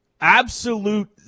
absolute